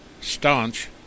staunch